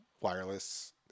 wireless